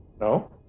no